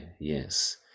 yes